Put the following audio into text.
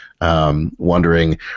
wondering